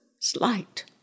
slight